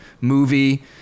movie